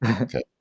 Okay